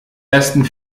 ersten